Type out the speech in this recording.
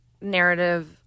narrative